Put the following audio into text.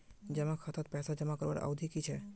जमा खातात पैसा जमा करवार अवधि की छे?